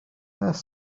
beth